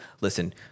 listen